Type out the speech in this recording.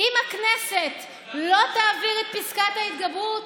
"אם הכנסת לא תעביר את פסקת ההתגברות